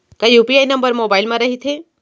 का UPI number mobile म रहिथे?